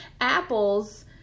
apples